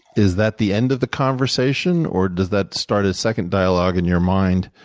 is that the end of the conversation, or does that start a second dialogue in your mind,